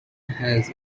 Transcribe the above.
has